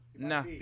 Nah